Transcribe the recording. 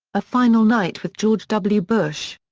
a final night with george w. bush.